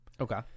Okay